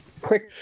Quick